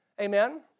Amen